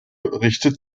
richtet